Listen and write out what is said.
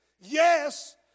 Yes